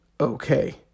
okay